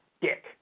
Dick